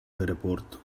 report